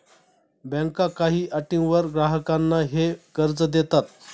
बँका काही अटींवर ग्राहकांना हे कर्ज देतात